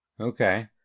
okay